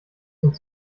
sind